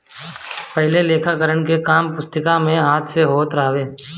पहिले लेखाकरण के काम पुस्तिका में हाथ से होत रहल हवे